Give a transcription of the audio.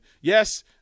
yes